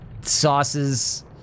sauces